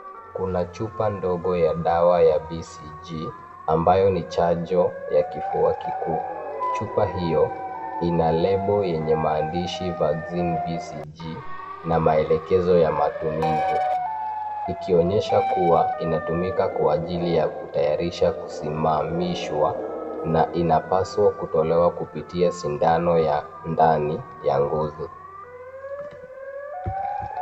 Kuna chupa ndogo ya dawa ya BCG ambayo ni chanjo ya kifua kikuu. Chupa hiyo ina lebo yenye maandishi Vaccine BCG na maelekezo ya matumizi, ikionyesha kuwa inatumika kwa ajili ya kutayarisha kusimamishwa na inapaswa kutolewa kupitia sindano ya ndani ya ngozi.